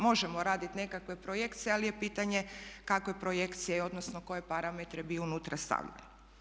Možemo raditi nekakve projekcije ali je pitanje kakve projekcije, odnosno koje parametre bi unutra stavljali.